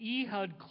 Ehud